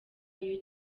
iyo